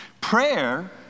Prayer